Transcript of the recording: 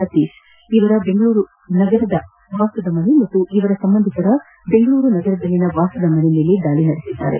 ಸತೀಶ್ ಇವರ ಬೆಂಗಳೂರು ನಗರದ ವಾಸದ ಮನೆ ಹಾಗೂ ಇವರ ಸಂಬಂಧಿಕರ ಬೆಂಗಳೂರು ನಗರದಲ್ಲಿನ ವಾಸದ ಮನೆ ಮೇಲೆ ದಾಳಿ ನಡೆಸಿದ್ದಾರೆ